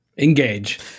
Engage